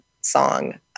song